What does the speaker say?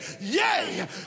yay